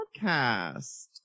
podcast